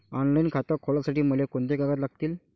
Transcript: Online खातं खोलासाठी मले कोंते कागद लागतील?